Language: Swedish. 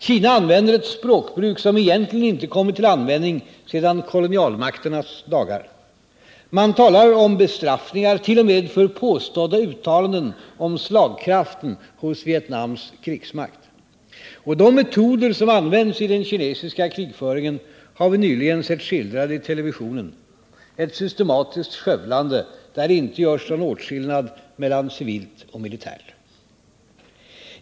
Kina använder ett språkbruk som egentligen inte kommit till användning sedan kolonialmakternas dagar. Man talar om bestraffningar, t.o.m. för påstådda uttalanden om slagkraften hos Vietnams krigsmakt. De metoder som används i den kinesiska krigföringen har vi nyligen sett skildrade i televisionen — ett systematiskt skövlande, där det inte görs någon åtskillnad mellan civilt och militärt.